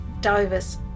diver's